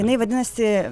jinai vadinasi